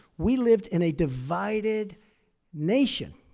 we lived in a divided nation.